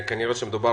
עד כמה שאני מבין,